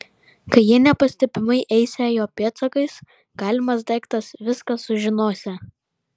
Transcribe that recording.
kai jie nepastebimai eisią jo pėdsakais galimas daiktas viską sužinosią